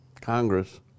Congress